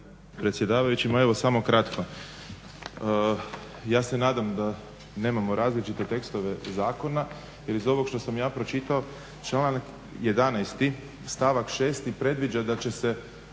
Predsjedavajući, ma evo samo kratko. Ja se nadam da nemamo različite tekstove zakona jer iz ovog što sam ja pročitao članak 11. stavak 6. predviđa da će se